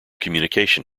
communication